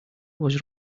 was